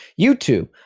YouTube